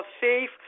safe